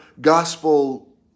gospel